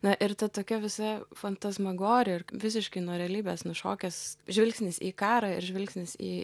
na ir tokia visa fantasmagorija ir visiškai nuo realybės nušokęs žvilgsnis į karą ir žvilgsnis į